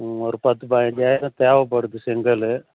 ஒரு பத்து பைஞ்சாயிரம் தேவைப்படுது செங்கல்